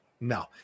No